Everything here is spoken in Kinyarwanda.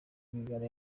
rwigara